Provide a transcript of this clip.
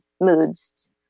moods